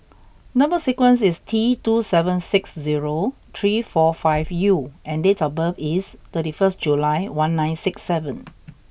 number sequence is T two seven six zero three four five U and date of birth is thirty first July one nine six seven